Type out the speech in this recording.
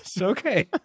Okay